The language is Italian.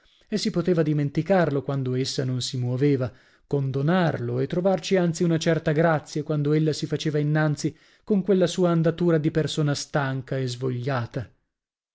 e si poteva dimenticarlo quando essa non si muoveva condonarlo e trovarci anzi una certa grazia quando ella si faceva innanzi con quella sua andatura di persona stanca e svogliata